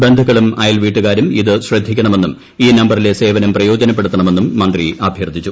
ബന്ധുക്കളും അയൽവീട്ടുകാരും ഇത് ശ്രദ്ധിക്കണമെന്നും ഈ നമ്പറിലെ സേവനം പ്രയോജനപ്പെടുത്തണമെന്നും മന്ത്രി അഭ്യർത്ഥിച്ചു